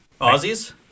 Aussies